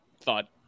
thought